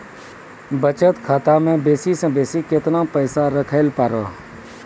बचत खाता म बेसी से बेसी केतना पैसा रखैल पारों?